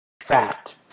fat